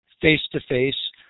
face-to-face